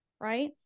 right